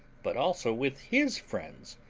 but also with his friends,